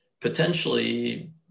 potentially